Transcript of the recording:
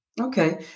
Okay